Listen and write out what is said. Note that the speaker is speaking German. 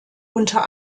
unter